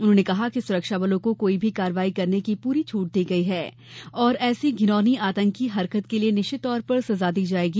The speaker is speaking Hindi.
उन्होंने कहा कि सुरक्षाबलों को कोई भी कार्रवाई करने की पूरी छूट दी गई है और ऐसी धिनौनी आतंकी हरकत के लिए निश्चित तौर पर सजा दी जाएगी